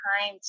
time